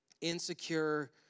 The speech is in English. Insecure